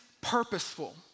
purposeful